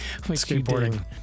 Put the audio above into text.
skateboarding